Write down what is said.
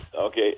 Okay